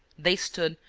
they stood,